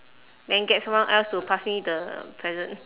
then get someone else to pass me the present